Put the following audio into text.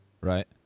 right